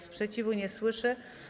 Sprzeciwu nie słyszę.